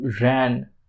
ran